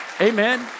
amen